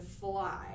fly